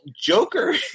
Joker